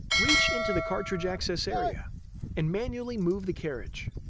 reach into the cartridge access area and manually move the carriage.